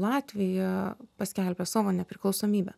latvija paskelbė savo nepriklausomybę